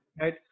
Right